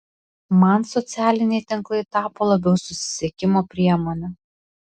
man socialiniai tinklai tapo labiau susisiekimo priemone